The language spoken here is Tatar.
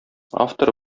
автор